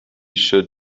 should